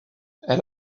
elle